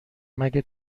مگه